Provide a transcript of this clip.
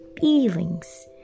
feelings